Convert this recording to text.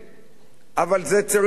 אבל זה צריך לבוא,